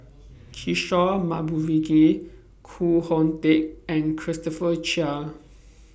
Kishore Koh Hoon Teck and Christopher Chia